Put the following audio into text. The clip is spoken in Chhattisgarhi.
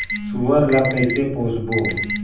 सुअर ला कइसे पोसबो?